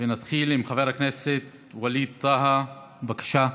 נתחיל עם חבר הכנסת ווליד טאהא, בבקשה.